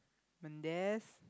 Mendes